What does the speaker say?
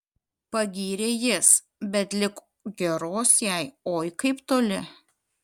pagyrė jis bet lig geros jai oi kaip toli